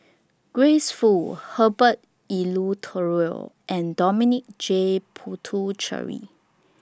Grace Fu Herbert Eleuterio and Dominic J Puthucheary